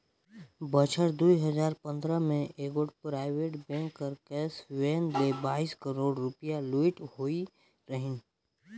बछर दुई हजार पंदरा में एगोट पराइबेट बेंक कर कैस वैन ले बाइस करोड़ रूपिया लूइट होई रहिन